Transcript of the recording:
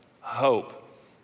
hope